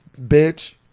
bitch